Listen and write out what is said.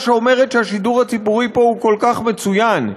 שאומרת שהשידור הציבורי פה הוא כל כך מצוין,